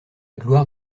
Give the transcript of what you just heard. gloire